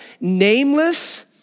Nameless